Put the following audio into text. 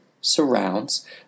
surrounds